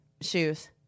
Shoes